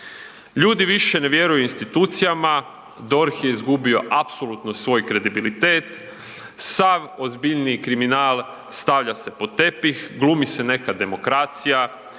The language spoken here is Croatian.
Ljudi više ne vjeruju institucijama, DORH je izgubio apsolutno svoj kredibilitet, sav ozbiljniji kriminal stavlja se pod tepih, glumi se neka demokracija,